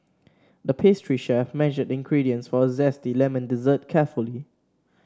the pastry chef measured the ingredients for a zesty lemon dessert carefully